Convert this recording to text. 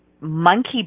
monkey